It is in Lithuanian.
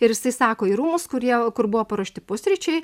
ir jisai sako į rūmus kurie kur buvo paruošti pusryčiai